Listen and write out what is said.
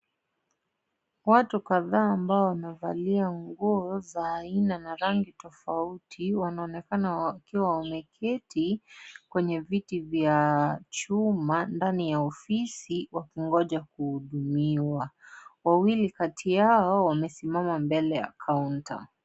Watu kadhaa ambao wamevalia nguo za rinda na rangi tofauti wanaonekana wakiwa wameketi kwenye viti vya chuma ndani ya ofisi wakingoja kuhudumiwa. Wawili kati yao wamesimama mbele ya kaunta.